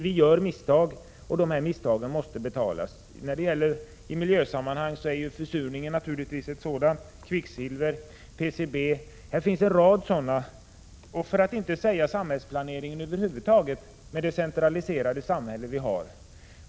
Vi gör misstag, och misstagen måste betalas. I miljösammanhang är försurningen naturligtvis ett resultat av våra misstag, liksom förekomsten av kvicksilver, PCB, för att inte säga samhällsplaneringen över huvud taget med det centraliserade samhälle som vi har.